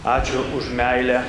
ačiū už meilę